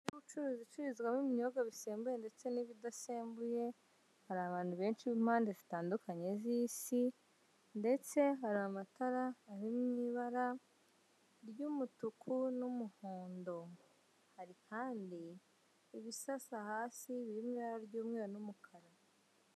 Inzu y'ubucuruzi icururizwamo ibinyobwa bisembuye n'ibidasembuye. Har'abantu benshi b'impande zitandukanye z'isi, ndetse hari amatara ari mw'ibara ry'umutuku n'umuhondo. Hari kandi ibisasa hasi biri mw'ibara ry'umweru n'umukara.